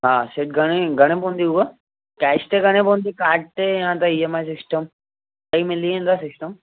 हा सेठ घणे घणे पवंदी उहा कैश ते घणे पवंदी कार्ड ते या त ई एम आइ सिस्टम सही मिली वेंदव सिस्टम